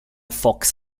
fox